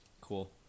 Cool